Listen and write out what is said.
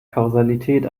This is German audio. kausalität